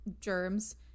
germs